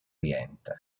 oriente